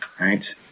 right